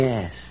Yes